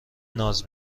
ناز